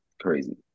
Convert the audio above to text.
Crazy